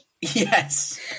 Yes